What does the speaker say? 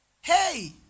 hey